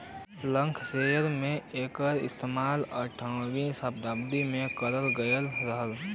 Lancashire में एकर इस्तेमाल अठारहवीं सताब्दी में करल गयल रहल